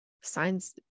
signs